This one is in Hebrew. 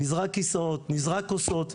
נזרק כיסאות, נזרק כוסות,